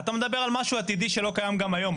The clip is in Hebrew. אתה מדבר על משהו עתידי שלא קיים גם היום,